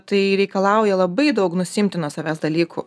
tai reikalauja labai daug nusiimti nuo savęs dalykų